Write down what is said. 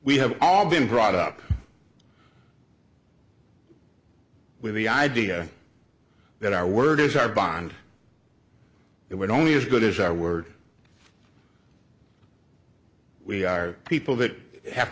we have all been brought up with the idea that our word is our bond it would only as good as our word we are people that have